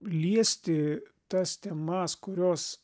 liesti tas temas kurios